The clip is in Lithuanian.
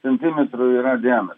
centimetrų yra diametras